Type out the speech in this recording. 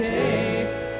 taste